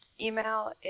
Email